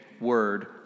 word